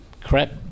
crap